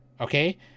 okay